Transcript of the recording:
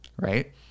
right